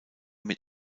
mit